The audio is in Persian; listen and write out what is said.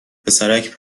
پسرک